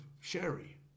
sherry